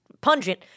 pungent